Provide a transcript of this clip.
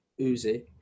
Uzi